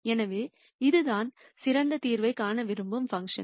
எனவே இதுதான் சிறந்த தீர்வைக் காண விரும்பும் பாங்க்ஷன்